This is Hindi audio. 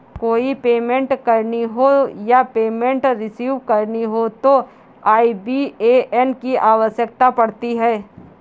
कोई पेमेंट करनी हो या पेमेंट रिसीव करनी हो तो आई.बी.ए.एन की आवश्यकता पड़ती है